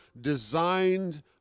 designed